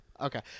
Okay